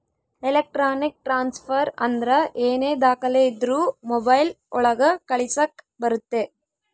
electronic transfer ಅಂದ್ರ ಏನೇ ದಾಖಲೆ ಇದ್ರೂ ಮೊಬೈಲ್ ಒಳಗ ಕಳಿಸಕ್ ಬರುತ್ತೆ